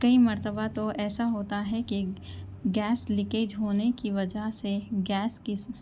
کئی مرتبہ تو ایسا ہوتا ہے کہ گیس لیکیج ہونے کی وجہ سے گیس قسم